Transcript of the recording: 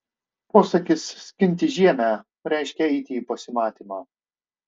posakis skinti žiemę reiškė eiti į pasimatymą